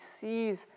sees